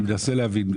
אני מנסה להבין.